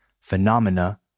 phenomena